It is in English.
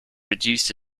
reduced